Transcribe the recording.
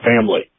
family